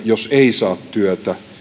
jos ei saa työtä